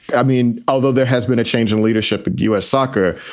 i mean, although there has been a change in leadership and u s. soccer.